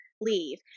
leave